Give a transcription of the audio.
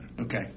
Okay